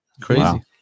crazy